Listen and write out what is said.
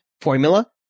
formula